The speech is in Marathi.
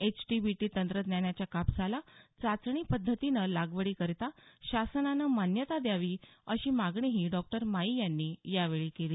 एचटीबीटी तंत्रज्ञानाच्या कापसाला चाचणी पध्दतीनं लागवडी करिता शासनानं मान्यता द्यावी अशी मागणीही डॉक्टर मायी यांनी यावेळी केली